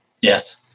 yes